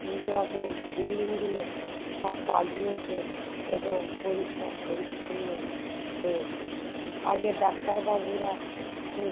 কিন্তু এখন বিল্ডিংগুলো সব বাগিয়েছে এবং পরিষ্কার পরিচ্ছন্ন হয়েছে আগে ডাক্তারবাবুরা খুব